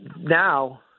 Now